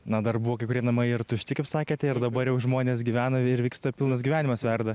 na dar buvo kai kurie namai ir tušti kaip sakėte ir dabar žmonės gyvena ir vyksta pilnas gyvenimas verda